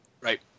Right